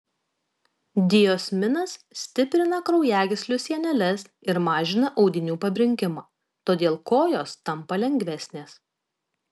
diosminas stiprina kraujagyslių sieneles ir mažina audinių pabrinkimą todėl kojos tampa lengvesnės